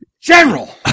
general